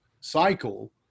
cycle